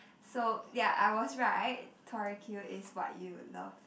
so ya I was right Tori Q is what you would love